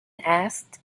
asked